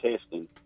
testing